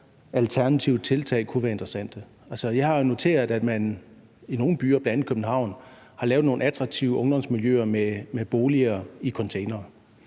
alternative tiltag kunne være interessante. Jeg har noteret mig, at man i nogle byer, bl.a. i København, har lavet nogle attraktive ungdomsmiljøer med boliger i containere;